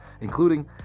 including